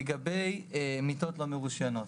לגבי מיטות לא מרושיינות,